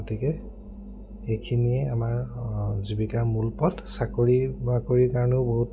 গতিকে এইখিনিয়ে আমাৰ জীৱিকাৰ মূল পথ চাকৰি বাকৰিৰ কাৰণেও বহুত